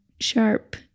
sharp